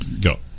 go